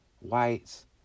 whites